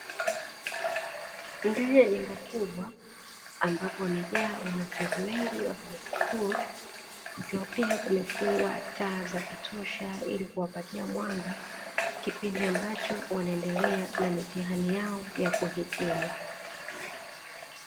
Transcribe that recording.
Ndani ya jengo kubwa ambapo wamejaa wanafunzi wengi wa vyuo vikuu, kukiwa pia kumefungwa taa za kutosha ili kuwapatia mwanga, kipindi ambacho wanaendelea na mitihani yao ya kuhitimu.